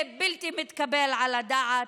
זה בלתי מתקבל על הדעת.